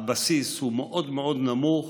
הבסיס הוא מאוד נמוך